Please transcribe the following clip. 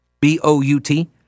B-O-U-T